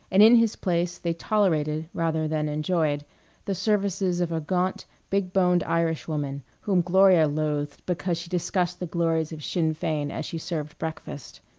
and in his place they tolerated rather than enjoyed the services of a gaunt, big-boned irishwoman, whom gloria loathed because she discussed the glories of sinn fein as she served breakfast.